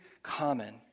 common